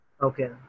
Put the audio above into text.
Okay